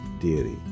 deity